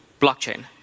blockchain